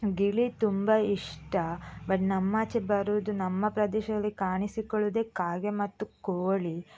ಗಿಳಿ ತುಂಬ ಇಷ್ಟ ಬಟ್ ನಮ್ಮಾಚೆ ಬರುವುದು ನಮ್ಮ ಪ್ರದೇಶದಲ್ಲಿ ಕಾಣಿಸುಕೊಳ್ಳುವುದೇ ಕಾಗೆ ಮತ್ತು ಕೋಳಿ